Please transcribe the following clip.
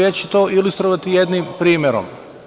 Ja ću to ilustrovati jednim primerom.